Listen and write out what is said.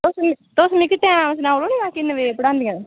तुस मीं तुस मिगी टाइम सनाई ओड़ो निं किन्ने बजे पढ़ांदियां तुसे